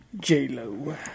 J-Lo